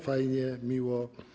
Fajnie, miło.